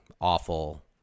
awful